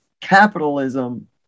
capitalism